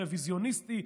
הרביזיוניסטי,